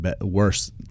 worse